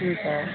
हुन्छ